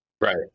Right